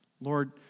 Lord